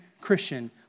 Christian